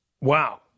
Wow